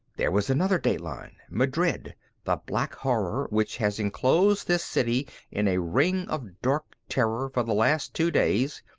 there was another dateline madrid the black horror, which has enclosed this city in a ring of dark terror for the last two days,